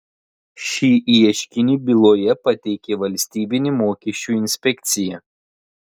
šį ieškinį byloje pateikė valstybinė mokesčių inspekcija